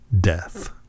death